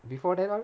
before that all